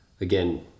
again